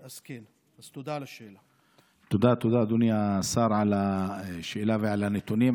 תודה, תודה, אדוני השר, על התשובה ועל הנתונים.